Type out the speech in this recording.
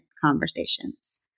conversations